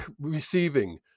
receiving